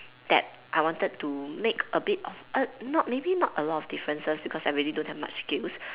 that I wanted to make a bit of err not maybe not a lot of differences because I really don't have much skills